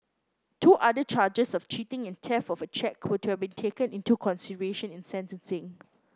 two other charges of cheating and theft of a cheque were to have been taken into consideration in sentencing